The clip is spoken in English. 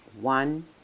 one